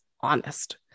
honest